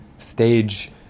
Stage